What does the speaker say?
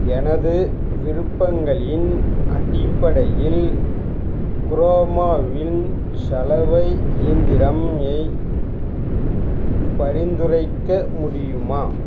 எனது விருப்பங்களின் அடிப்படையில் க்ரோமாவின் சலவை இயந்திரம் ஐ பரிந்துரைக்க முடியுமா